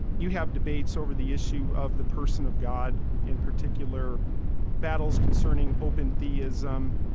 you have debates over the issue of the person of god, in particular battles concerning open theism,